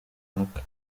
runaka